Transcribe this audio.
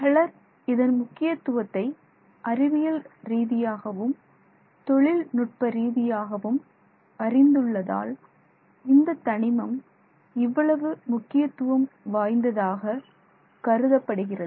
பலர் இதன் முக்கியத்துவத்தை அறிவியல் ரீதியாகவும் தொழில்நுட்ப ரீதியாகவும் அறிந்து உள்ளதால் இந்தத் தனிமம் இவ்வளவு முக்கியத்துவம் வாய்ந்ததாக கருதப்படுகிறது